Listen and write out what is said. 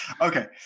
Okay